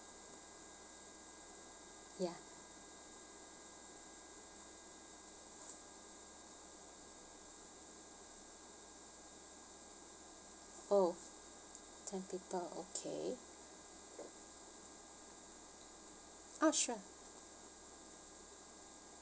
ya oh ten people okay ah sure